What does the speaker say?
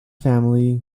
family